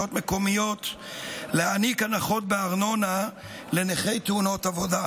מקומיות להעניק הנחות בארנונה לנכי תאונות עבודה.